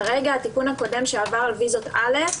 כרגע התיקון הקודם שעבר על ויזות א',